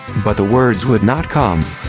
but the words would not come.